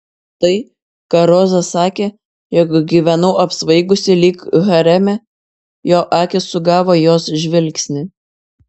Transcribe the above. tai ką roza sakė jog gyvenau apsvaigusi lyg hareme jo akys sugavo jos žvilgsnį